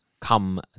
come